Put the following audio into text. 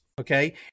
okay